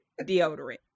deodorant